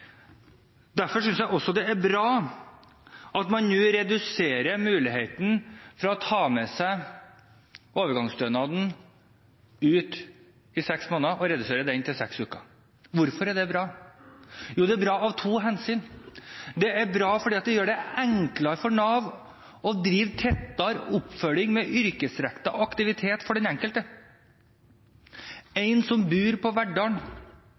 Derfor synes jeg også det er bra at man nå reduserer muligheten for å ta med seg overgangsstønaden til utlandet i seks måneder, og at man reduserer det til seks uker. Hvorfor er det bra? Jo, det er bra av to grunner. Det er bra fordi det gjør det enklere for Nav å drive tettere oppfølging med yrkesrettet aktivitet for den enkelte, f.eks. en som